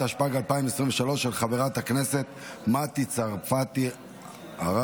התשפ"ג 2023, של חברת הכנסת מטי צרפתי הרכבי.